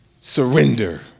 surrender